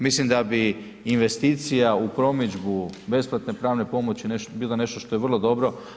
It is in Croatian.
Mislim da bi investicija u promidžbu besplatne pravne pomoći bila nešto što je vrlo dobro.